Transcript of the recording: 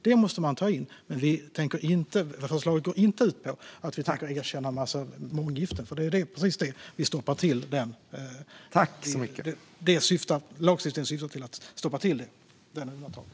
Men förslaget till lagstiftning går inte ut på att erkänna månggifte utan syftar till att stoppa det undantaget.